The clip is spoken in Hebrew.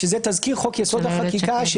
וזה תזכיר חוק-יסוד: החקיקה,